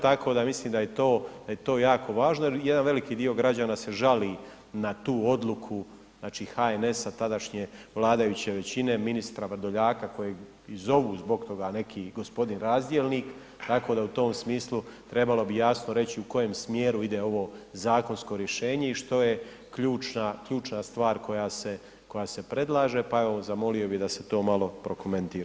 Tako da mislim da je to, da je to jako važno jer jedan veliki dio građana se žali na tu odluku znači HNS-a tadašnje vladajuće većine, ministra Vrdoljaka kojeg i zovu zbog toga neki gospodin Razdjelnik, tako da u tom smislu trebalo bi jasno reći u kojem smjeru ide ovo zakonsko rješenje i što je ključna stvar koja se, koja se predlaže, pa evo zamolio bi da se to malo prokomentira.